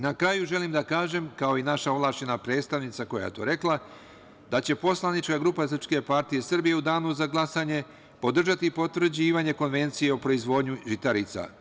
Na kraju, želim da kažem, kao i naša ovlašćena predstavnica, koja je to rekla, da će poslanička grupa SPS u danu za glasanje podržati potvrđivanje Konvencije o proizvodnji žitarica.